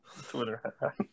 Twitter